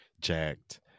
Jacked